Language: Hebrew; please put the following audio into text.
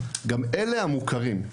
גם את אלה הם מוכרים.